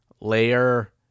layer